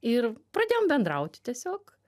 ir pradėjom bendraut tiesiog